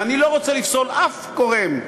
ואני לא רוצה לפסול אף גורם,